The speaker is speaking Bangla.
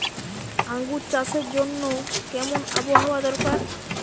আঙ্গুর চাষের জন্য কেমন আবহাওয়া দরকার?